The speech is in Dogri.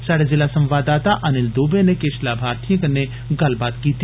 साढ़े जिला संवाददाता अनिल दूबे नै किश लामार्थिएं कन्नै गल्लबात कीती